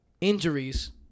Injuries